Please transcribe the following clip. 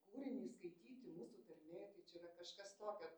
kūrinį skaityti mūsų tarmė tai čia yra kažkas tokio